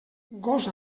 gos